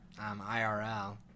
IRL